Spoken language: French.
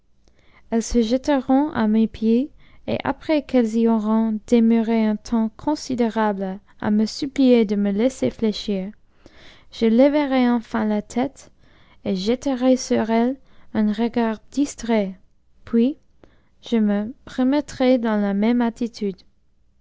es se jetèrent à mes pieds et après qu'elles y auront demeuré un temps considérable à me supplier de me laisser fléçhn je leverai enfin la tête et jeterai sur elles un regard distrait puis je me remettrai dans la même attitude